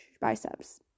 biceps